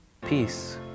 peace